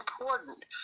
important